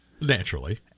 naturally